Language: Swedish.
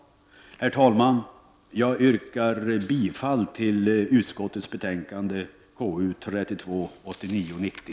Herr talman! Jag yrkar bifall till hemställan i utskottets betänkande KU 32 89/90.